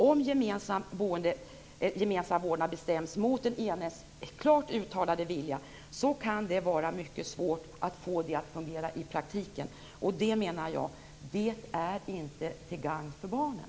Om gemensam vårdnad bestäms mot den enas klart uttalade vilja kan det vara mycket svårt att få det att fungera i praktiken. Jag menar att det inte är till gagn för barnen.